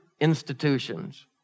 institutions